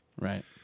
Right